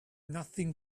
nothing